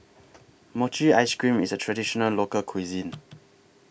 Mochi Ice Cream IS A Traditional Local Cuisine